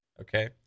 okay